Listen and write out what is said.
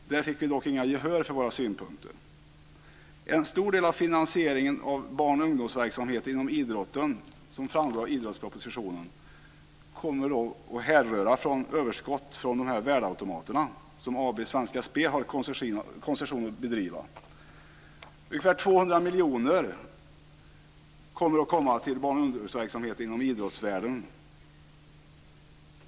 Vi fick dock inget gehör för våra synpunkter. En stor del av finansieringen av barn och ungdomsverksamhet inom idrotten, vilket framgår av idrottspropositionen, kommer att härröra från överskott från de värdeautomater som AB Svenska Spel har koncession på. Det är ungefär 200 miljoner som kommer till barn och ungdomsverksamheten inom idrottssfären.